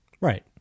Right